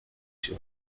sur